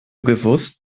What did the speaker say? gewusst